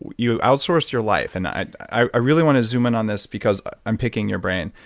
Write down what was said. you outsourced your life. and i i really want to zoom in on this because i'm picking your brain.